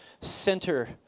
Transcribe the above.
center